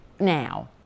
Now